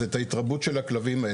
זה את ההתרבות של הכלבים האלה.